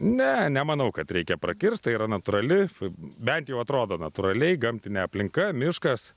ne nemanau kad reikia prakirst tai yra natūrali bent jau atrodo natūraliai gamtinė aplinka miškas